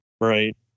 Right